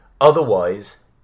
Otherwise